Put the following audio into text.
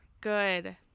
Good